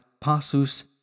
passus